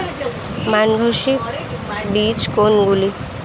মান ঘোষিত বীজ কোনগুলি?